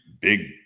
big